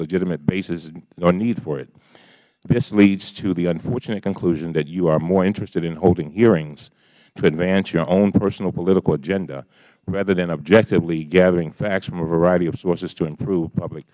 legitimate basis or need for it this leads to the unfortunate conclusion that you are more interested in holding hearings to advance your own personal political agenda rather than objectively gather facts from a variety of sources to improve public